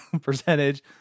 percentage